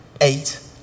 Eight